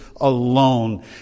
alone